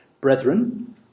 Brethren